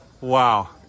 Wow